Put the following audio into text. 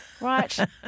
Right